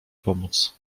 pomóc